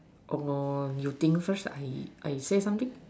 oh you think first I I say something